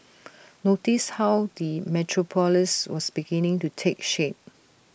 notice how the metropolis was beginning to take shape